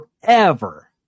forever